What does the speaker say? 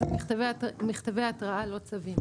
אלו רק מכתבי התראה.